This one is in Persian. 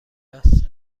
است